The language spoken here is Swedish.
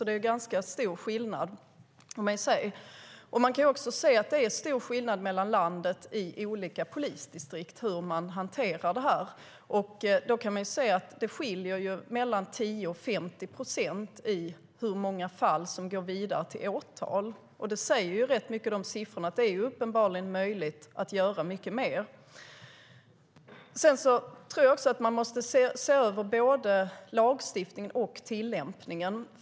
Det är ganska stor skillnad. Man kan också se att det är stor skillnad i landet mellan olika polisdistrikt när det gäller hur man hanterar det här. Man kan se att det skiljer mellan 10 och 50 procent i fråga om hur många fall som går vidare till åtal. De siffrorna säger rätt mycket. Det är uppenbarligen möjligt att göra mycket mer. Jag tror att man måste se över både lagstiftningen och tillämpningen.